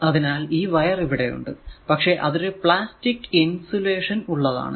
അതിനാൽ ഈ വയർ ഇവിടെ ഉണ്ട് പക്ഷെ അതൊരു പ്ലാസ്റ്റിക് ഇൻസുലേഷൻ ഉള്ളതാണ്